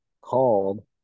called